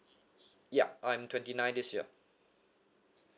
ya I'm twenty nine this year